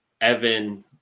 Evan